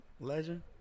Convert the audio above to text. legend